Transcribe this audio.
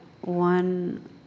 one